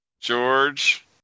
George